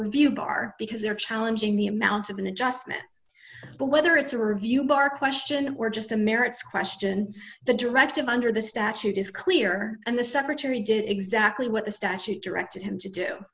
review bar because they're challenging the amount of an adjustment but whether it's a review bar question or just a merits question the directive under the statute is clear and the secretary did exactly what the statute directed him to do